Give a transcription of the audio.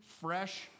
fresh